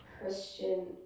Christian